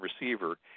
receiver